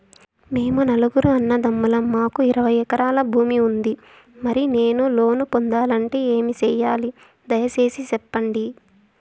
మేము నలుగురు అన్నదమ్ములం మాకు ఇరవై ఎకరాల భూమి ఉంది, మరి నేను లోను పొందాలంటే ఏమి సెయ్యాలి? దయసేసి సెప్పండి?